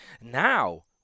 Now